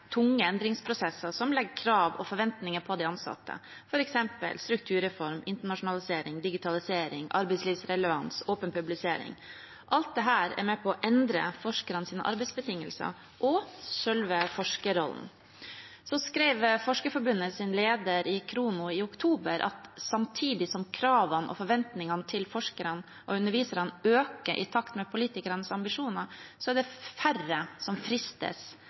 tunge endringsprosesser som legger krav og forventninger på de ansatte, f.eks. strukturreform, internasjonalisering, digitaliseringer, arbeidslivsrelevans, åpen publisering. Alt dette er med på å endre forskernes arbeidsbetingelser og selve forskerrollen. Forskerforbundets leder skrev i Khrono i oktober at samtidig som kravene og forventningene til forskerne og underviserne øker i takt med politikernes ambisjoner, er det færre unge som fristes